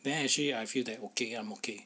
then actually I feel like okay I'm okay